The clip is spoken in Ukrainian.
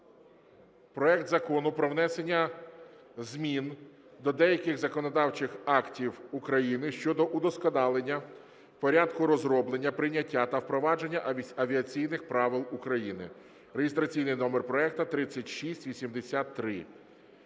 проект Закону про внесення змін до деяких законодавчих актів України щодо удосконалення порядку розроблення, прийняття та впровадження авіаційних правил України (реєстраційний номер проекту 3683).